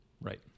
Right